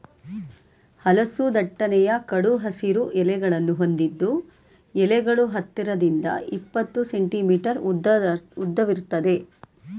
ಹಲಸು ದಟ್ಟನೆಯ ಕಡು ಹಸಿರು ಎಲೆಗಳನ್ನು ಹೊಂದಿದ್ದು ಎಲೆಗಳು ಹತ್ತರಿಂದ ಇಪ್ಪತ್ತು ಸೆಂಟಿಮೀಟರ್ ಉದ್ದವಿರ್ತದೆ